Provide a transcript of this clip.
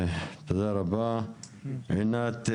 תודה רבה עינת.